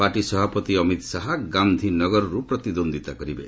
party ସଭାପତି ଅମିତ ଶାହା ଗାନ୍ଧିନଗରରୁ ପ୍ରତିଦ୍ୱନ୍ଦୀତା କରିବେ